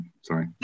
Sorry